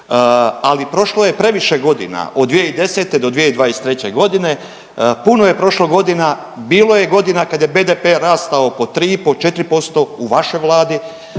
Ali prošlo je previše godina od 2010. do 2023. godine. Puno je prošlo godina. Bilo je godina kada je BDP rastao po 3 i pol, 4% u vašoj Vladi.